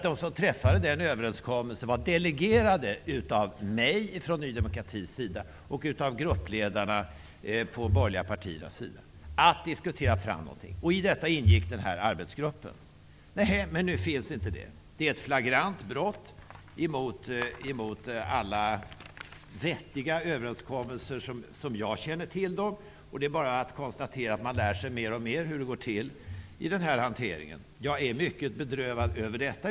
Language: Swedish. De som träffade överenskommelsen var delegerade av mig från Ny demokratis sida och av gruppledarna från de borgerliga partiernas sida att diskutera fram någonting. I detta ingick denna arbetsgrupp. Men nu finns inte det. Det är ett flagrant brott mot alla vettiga överenskommelser som jag känner till. Det är bara att konstatera att man lär sig mer och mer hur det går till i den här hanteringen. Jag är mycket bedrövad över detta.